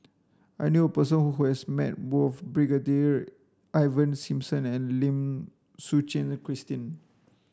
I knew person who has met both Brigadier Ivan Simson and Lim Suchen Christine